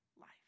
life